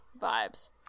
vibes